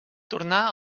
tornà